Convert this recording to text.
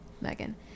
Megan